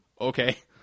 Okay